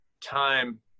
time